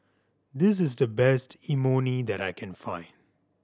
this is the best Imoni that I can find